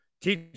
teach